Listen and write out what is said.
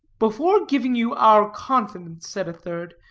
before giving you our confidence, said a third,